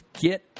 get